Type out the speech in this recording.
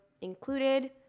included